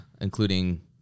Including